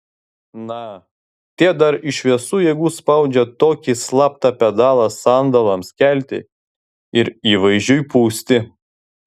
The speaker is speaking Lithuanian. na tie dar iš visų jėgų spaudžia tokį slaptą pedalą sandalams kelti ir įvaizdžiui pūsti